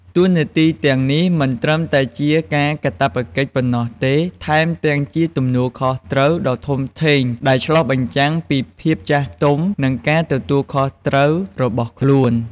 តួនាទីទាំងនេះមិនត្រឹមតែជាការកាតព្វកិច្ចប៉ុណ្ណោះទេ ថែមទាំងជាទំនួលខុសត្រូវដ៏ធំធេងដែលឆ្លុះបញ្ចាំងពីភាពចាស់ទុំ និងការទទួលខុសត្រូវរបស់ខ្លួន។